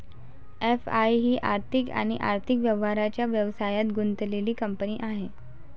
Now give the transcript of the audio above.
FI ही आर्थिक आणि आर्थिक व्यवहारांच्या व्यवसायात गुंतलेली कंपनी आहे